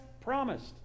promised